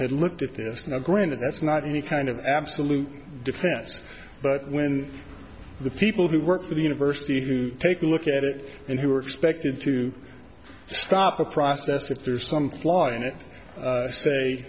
had looked at this not granted that's not any kind of absolute defense but when the people who work for the university to take a look at it and who are expected to stop the process if there's some flaw in it